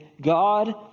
God